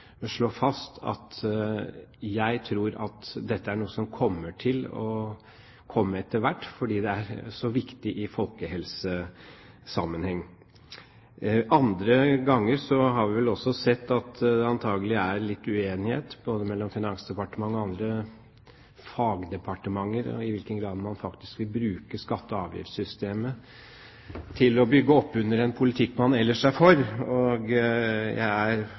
slå fast at jeg tror at dette er noe som vil komme etter hvert fordi det er så viktig i folkehelsesammenheng. Andre ganger har vi også sett at det antakelig er litt uenighet mellom Finansdepartementet og andre fagdepartementer om i hvilken grad man faktisk vil bruke skatte- og avgiftssystemet til å bygge opp under en politikk man ellers er for. Jeg